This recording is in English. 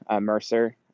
Mercer